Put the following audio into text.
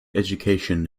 education